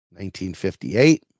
1958